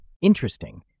Interesting